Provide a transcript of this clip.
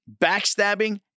backstabbing